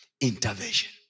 intervention